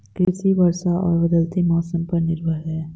कृषि वर्षा और बदलते मौसम पर निर्भर है